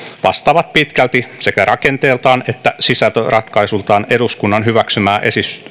vastaavat pitkälti sekä rakenteeltaan että sisältöratkaisuiltaan eduskunnan hyväksymää